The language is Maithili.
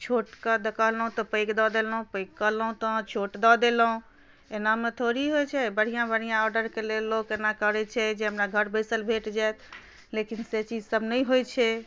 छोटके कहलहुँ तऽ पैघ दऽ देलहुँ पैघ कहलहुँ तऽ अहाँ छोट दऽ देलहुँ एनामे थोड़े होइत छै बढ़िआँ बढ़िआँ ऑर्डरके लेल लोक एना करैत छै जे हमरा घर बैसल भेट जाए लेकिन से चीज सभ नहि होइत छै